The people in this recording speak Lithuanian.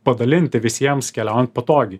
padalinti visiems keliaujan patogiai